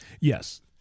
Yes